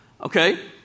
Okay